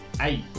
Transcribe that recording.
eight